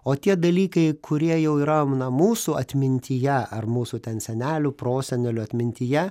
o tie dalykai kurie jau yra mūsų atmintyje ar mūsų ten senelių prosenelių atmintyje